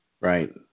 right